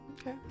Okay